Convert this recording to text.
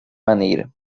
maneira